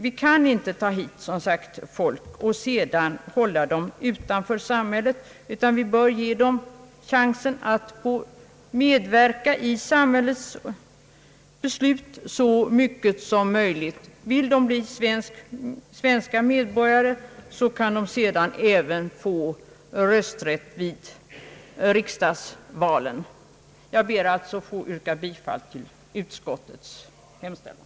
Vi kan inte hålla invandrarna utanför samhället utan vi bör ge dem chansen att få medverka i samhällets beslut så mycket som möjligt. Vill de senare bli svenska medborgare, så kan de sedan även få rösträtt vid riksdagsvalen. Jag ber alltså att få yrka bifall till utskottets hemställan.